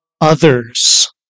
others